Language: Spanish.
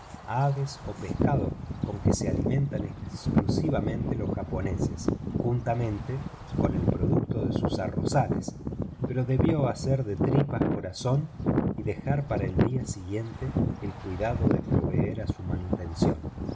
ave o pescado con que se alimentan exclusivamente los japoneses juntamente con el producto de los arrozales pero debió hacer de tripas corazón y dejar para el día siguiente el cuidado de proveer a su manutención